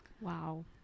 Wow